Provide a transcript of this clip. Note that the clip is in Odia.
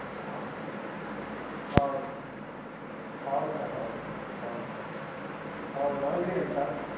ହଁ ହେଉ ହେଉ ସାର୍ ହେଉ ହେଉ ହେଉ ହେଉ ରହିଲି ହେଲେ ସାର୍